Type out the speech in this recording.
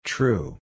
True